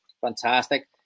Fantastic